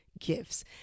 gifts